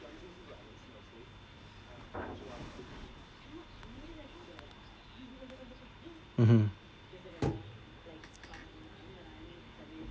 mmhmm